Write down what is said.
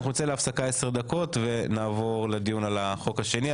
אנחנו נצא להפסקה 10 דקות ונעבור לדיון על החוק השני,